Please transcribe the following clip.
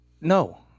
No